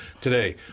Today